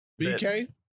BK